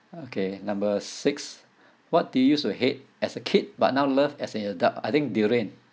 okay number six what do you used to hate as a kid but now love as an adult I think durian